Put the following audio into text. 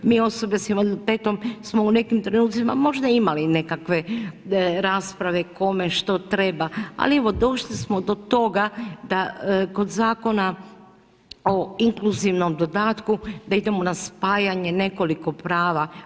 Mi osobe sa invaliditetom smo u nekim trenucima možda imali nekakve rasprave kome što treba ali evo došli smo do toga da kod Zakona o inkluzivnom dodatku, da idemo na spajanja nekoliko prava.